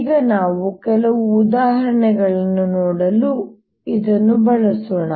ಈಗ ನಾವು ಕೆಲವು ಉದಾಹರಣೆಗಳನ್ನು ನೋಡಲು ಇದನ್ನು ಬಳಸೋಣ